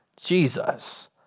Jesus